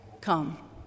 Come